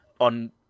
on